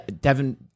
Devin